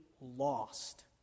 lost